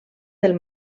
del